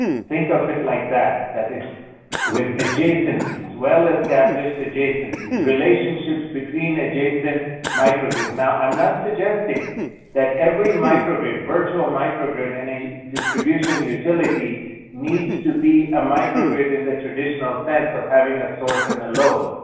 think of it like that, that it's with adjacencies, well-established adjacencies, relationships between adjacent micro-grids. now i'm not suggesting suggesting that every micro-grid, virtual micro-grid in a distribution utility needs to be a micro-grid in the traditional sense of having a source and a load.